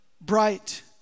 bright